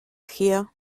hear